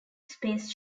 space